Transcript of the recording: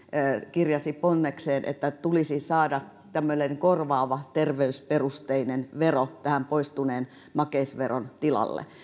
kirjasi ponnekseen että tulisi saada korvaava terveysperusteinen vero tämän poistuneen makeisveron tilalle